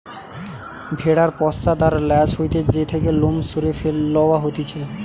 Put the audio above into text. ভেড়ার পশ্চাৎ আর ল্যাজ হইতে যে থেকে লোম সরিয়ে লওয়া হতিছে